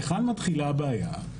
היכן מתחילה הבעיה?